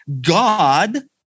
God